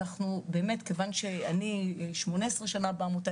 מכיוון שאני 18 שנה בעמותה,